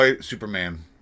Superman